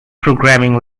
programming